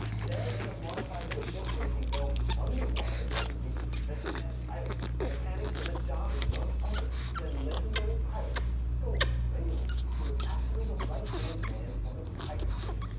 there they must modify their ship so that it can go underwater and reach fish-man island. the mechanic for this job is none other than legendary pirate silvers rayleigh, who was actually the right hand man of the pirate king.